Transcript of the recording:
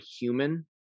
human